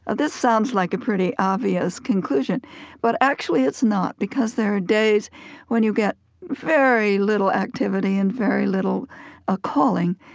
ah this sounds like a pretty obvious conclusion but actually it's not because there are days when you get very little activity and very little ah calling.